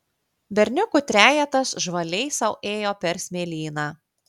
berniukų trejetas žvaliai sau ėjo per smėlyną